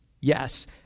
Yes